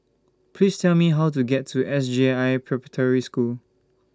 Please Tell Me How to get to S J I Preparatory School